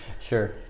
Sure